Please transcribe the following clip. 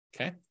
Okay